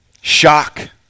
Shock